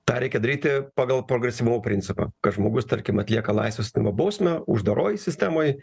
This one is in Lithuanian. tą reikia daryti pagal progresyvumo principą kad žmogus tarkim atlieka laisvės atėmimo bausmę uždaroj sistemoj